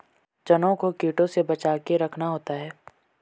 चनों को कीटों से बचाके रखना होता है